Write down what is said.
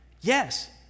Yes